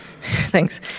Thanks